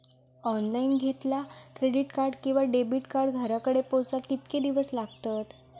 Online घेतला credit card किंवा debit card घराकडे पोचाक कितके दिस लागतत?